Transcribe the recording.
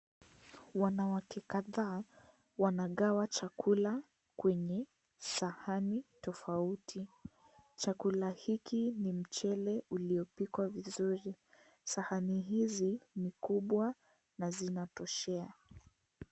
Wanawake kadhaa wanagawa chakula kwenye sahani tofauti. Chakula hiki ni mchele uliopikwa vizuri. Sahani hizi ni kubwa na zinatoshea.